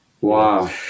wow